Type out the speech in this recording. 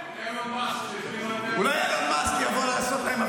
--- הלמ"ס --- עודד פורר (ישראל ביתנו): אולי הלמ"ס יבוא לעשות להם.